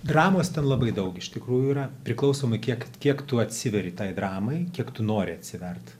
dramos ten labai daug iš tikrųjų yra priklausomai kiek kiek tu atsiveri tai dramai kiek tu nori atsivert